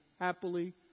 happily